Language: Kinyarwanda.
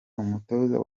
umutoza